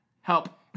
Help